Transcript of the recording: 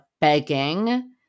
begging